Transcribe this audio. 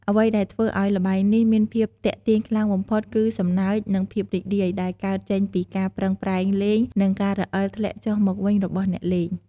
អ្វីដែលធ្វើឱ្យល្បែងនេះមានភាពទាក់ទាញខ្លាំងបំផុត គឺ សំណើច និងភាពរីករាយ ដែលកើតចេញពីការប្រឹងប្រែងលេង និងការរអិលធ្លាក់ចុះមកវិញរបស់អ្នកលេង។